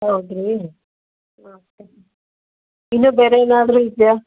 ಹೌದ್ ರೀ ಹಾಂ ಇನ್ನೂ ಬೇರೆ ಏನಾದರೂ ಇದೆಯಾ